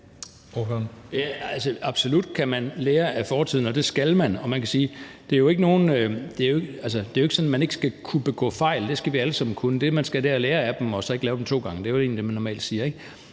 Absolut kan man lære af fortiden, og det skal man, men det er jo ikke sådan, at man ikke skal kunne begå fejl. Det skal vi alle sammen kunne. Det, man skal, er at lære af dem og så ikke lave dem to gange. Det er vel egentlig det, man normalt siger,